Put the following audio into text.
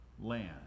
land